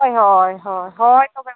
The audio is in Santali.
ᱦᱳᱭ ᱦᱳᱭ ᱦᱳᱭ ᱦᱳᱭ ᱛᱚᱵᱮ ᱢᱟ